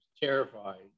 terrified